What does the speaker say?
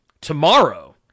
tomorrow